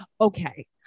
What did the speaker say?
Okay